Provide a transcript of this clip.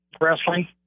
Wrestling